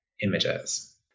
images